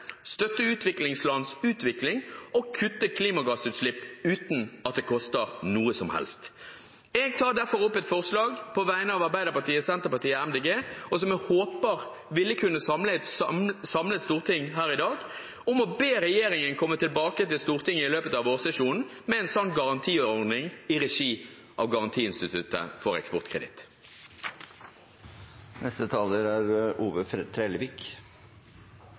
støtte fornybarnæringer i Norge, støtte utviklingslands utvikling og kutte klimagassutslipp uten at det koster noe som helst. Jeg tar derfor opp et forslag på vegne av Arbeiderpartiet, Senterpartiet, MDG og SV, som jeg håper vil kunne samle Stortinget her i dag om å be regjeringen komme tilbake til Stortinget i løpet av vårsesjonen med en slik garantiordning i regi av Garantiinstituttet for eksportkreditt.